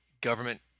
government